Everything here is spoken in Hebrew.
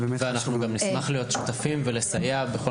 אנחנו גם נשמח להיות שותפים ולסייע.